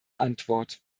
antwort